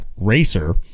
racer